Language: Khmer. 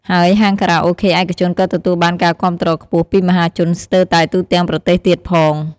ហើយហាងខារ៉ាអូខេឯកជនក៏ទទួលបានការគាំទ្រខ្ពស់ ពីមហាជនស្ទើតែទូទាំងប្រទេសទៀតផង។